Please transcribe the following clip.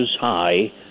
high